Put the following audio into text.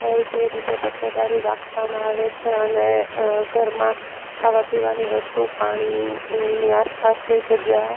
તે રીતે તકેદારી રાખવામાં આવે છે અને ઘરમાં ખાવા પીવાની વસ્તુ પાણી એની આસપાસની જગ્યા